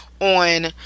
on